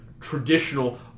traditional